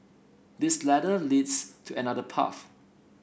this ladder leads to another path